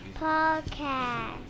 Podcast